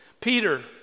Peter